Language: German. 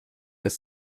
ist